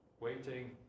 waiting